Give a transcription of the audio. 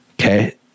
Okay